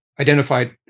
identified